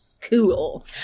cool